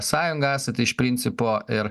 sąjunga esat iš principo ir